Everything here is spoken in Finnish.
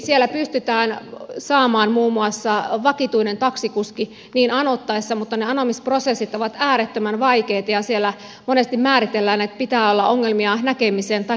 siellä pystytään saamaan muun muassa vakituinen taksikuski niin anottaessa mutta ne anomisprosessit ovat äärettömän vaikeita ja siellä monesti määritellään että pitää olla ongelmia näkemisen tai kuulemisen kanssa